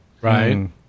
Right